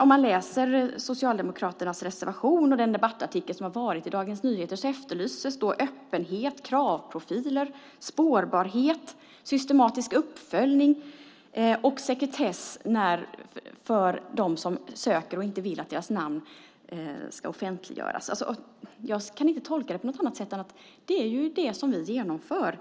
Om man läser Socialdemokraternas reservation och den debattartikel som har varit i Dagens Nyheter ser man att det efterlyses öppenhet, kravprofiler, spårbarhet, systematisk uppföljning och sekretess för dem som söker och inte vill att deras namn ska offentliggöras. Jag kan inte tolka det på något annat sätt än att det är det som vi genomför.